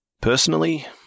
Personally